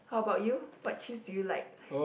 how about you what cheese do you like